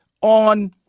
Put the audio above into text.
on